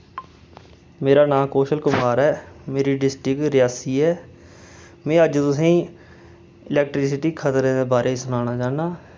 मेरा नां कौशल कुमार ऐ मेरी डिस्ट्रिक रेआसी ऐ में अज्ज तुसें ई इलैक्ट्रिसिटी खतरें दे बारे सनान चाह्न्नां